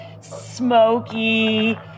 smoky